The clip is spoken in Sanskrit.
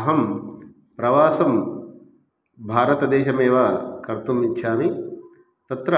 अहं प्रवासं भारतदेशमेव कर्तुम् इच्छामि तत्र